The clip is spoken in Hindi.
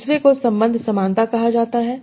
दूसरे को संबंध समानता कहा जाता है